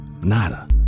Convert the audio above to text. nada